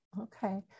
Okay